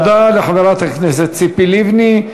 תודה לחברת הכנסת ציפי לבני.